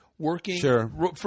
Working